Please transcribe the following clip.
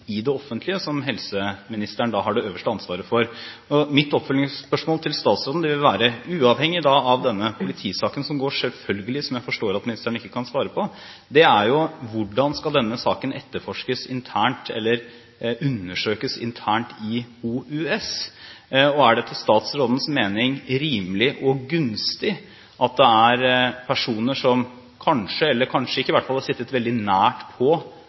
i det offentlige, som helseministeren har det øverste ansvaret for. Mitt oppfølgingsspørsmål til statsråden vil være – uavhengig av denne politisaken, der jeg selvfølgelig forstår at hun ikke kan svare: Hvordan skal denne saken etterforskes eller undersøkes internt i OUS? Er det etter statsrådens mening rimelig og gunstig at det er personer som i hvert fall – eller kanskje ikke – har sittet veldig